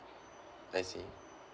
I see